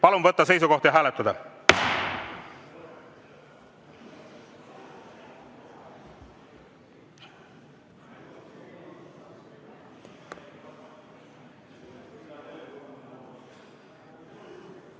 Palun võtta seisukoht ja hääletada!